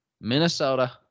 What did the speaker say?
Minnesota